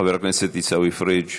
חבר הכנסת עיסאווי פריג',